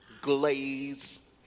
glaze